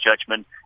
judgment